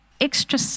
extra